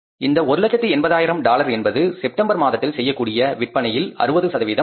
இந்த ஒரு லட்சத்து 80 ஆயிரம் டாலர் என்பது செப்டம்பர் மாதத்தில் செய்யக்கூடிய விற்பனையில் 60 ஆகும்